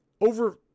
over